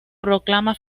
proclama